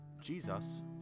Jesus